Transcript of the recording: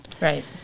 Right